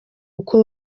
uko